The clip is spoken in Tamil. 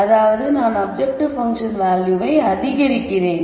அதாவது நான் அப்ஜெக்டிவ் பங்க்ஷன் வேல்யூவை அதிகரிக்கிறேன்